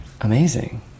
amazing